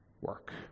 work